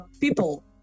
people